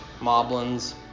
Moblins